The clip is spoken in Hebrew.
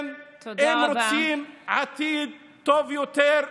אם רוצים עתיד טוב יותר,